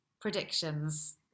predictions